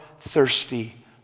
thirsty